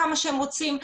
כמה שהם רוצים,